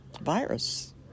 virus